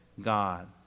God